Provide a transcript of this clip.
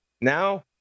Now